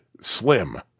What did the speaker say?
Slim